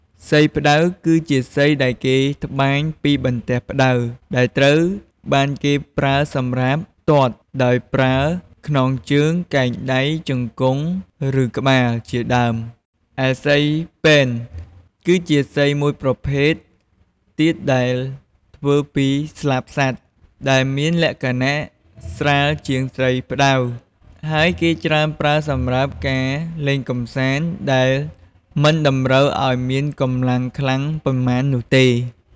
សីផ្ដៅ គឺជាសីដែលគេត្បាញពីបន្ទះផ្ដៅ ដែលត្រូវបានគេប្រើសម្រាប់ទាត់ដោយប្រើខ្នងជើង កែងដៃ ជង្គង់ ឬក្បាល ជាដើម។ឯសីពែន គឺជាសីមួយប្រភេទទៀតដែលធ្វើពីស្លាបសត្វ វាមានលក្ខណៈស្រាលជាងសីផ្ដៅ ហើយគេច្រើនប្រើសម្រាប់ការលេងកម្សាន្តដែលមិនតម្រូវឱ្យមានកម្លាំងខ្លាំងប៉ុន្មាននោះទេ។